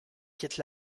quitte